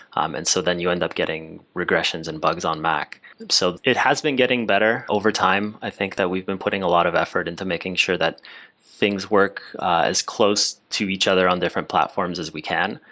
um and so then you end up getting regressions and bugs on mac so it has been getting better over time. i think that we've been putting a lot of effort into making sure that things work as close to each other on different platforms as we can,